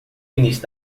início